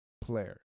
player